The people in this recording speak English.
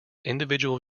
individual